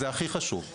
שזה הכי חשוב.